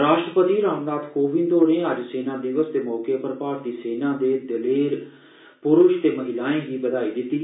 राष्ट्रपति रामनाथ कोविंद होरें अज्ज सेना दिवस दे मौके उप्पर भारती सेना दे दलेर मर्दे ते महिलाएं गी बधाई दित्ती